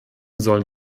sollen